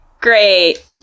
Great